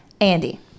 Andy